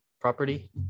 property